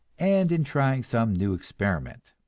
and in trying some new experiment.